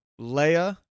Leia